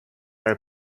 are